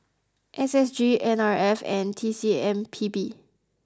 S S G N R F and T C M P B